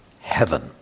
Heaven